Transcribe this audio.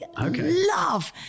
love